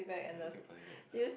I just take the plastic bag